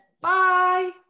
Bye